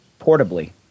portably